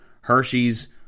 Hershey's